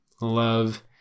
love